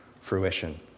fruition